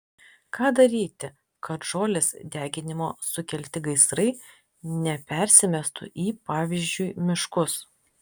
ką daryti kad žolės deginimo sukelti gaisrai nepersimestų į pavyzdžiui miškus